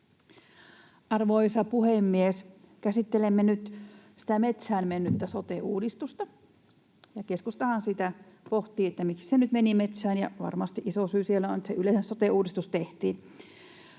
Arvoisa puhemies! Käsittelemme nyt sitä metsään mennyttä sote-uudistusta. Keskustahan sitä pohtii, miksi se nyt meni metsään, ja varmasti iso syy siellä on, että yleensä se sote-uudistus tehtiin.